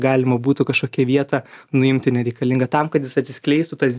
galima būtų kažkokią vietą nuimti nereikalingą tam kad jis atsiskleistų tas